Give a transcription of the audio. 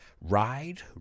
Ride